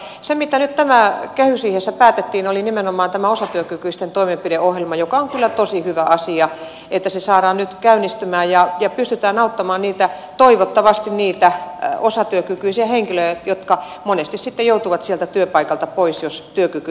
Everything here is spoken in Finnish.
mutta se mitä nyt tässä kehysriihessä päätettiin oli nimenomaan tämä osatyökykyisten toimenpideohjelma joka on kyllä tosi hyvä asia että sen saamme sen nyt käynnistymään ja pystymme auttamaan toivottavasti niitä osatyökykyisiä henkilöjä jotka monesti sitten joutuvat sieltä työpaikalta pois jos työkyky hiipuu